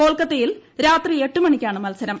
കൊൽക്കത്തയിൽ രാത്രി എട്ടു മണിക്കാണ് മത്സരം